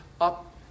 up